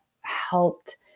helped